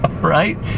right